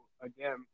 again